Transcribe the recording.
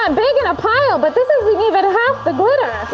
um big in a pile but this isn't even half the glitter.